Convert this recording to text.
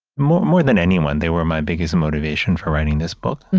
more more than anyone, they were my biggest motivation for writing this book,